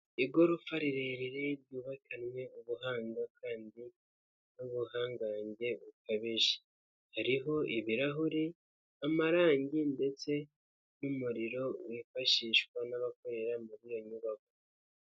Igorofa rirerire ryubakanywe ubuhanga kandi n'ubuhangange bukabije, hariho ibirahuri, amarangi ndetse n'umuriro wifashishwa n'abakorera muri iyo nyubako.